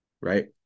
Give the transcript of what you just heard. right